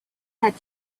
had